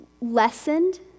lessened